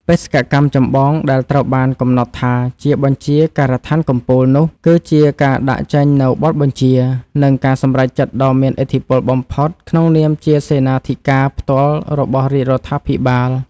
បេសកកម្មចម្បងដែលត្រូវបានកំណត់ថាជា បញ្ជាការដ្ឋានកំពូល នោះ គឺជាការដាក់ចេញនូវបទបញ្ជា និងការសម្រេចចិត្តដ៏មានឥទ្ធិពលបំផុត ក្នុងនាមជាសេនាធិការផ្ទាល់របស់រាជរដ្ឋាភិបាល។